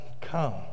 come